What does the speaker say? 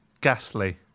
Ghastly